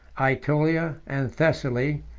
aetolia, and thessaly,